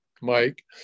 Mike